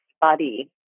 body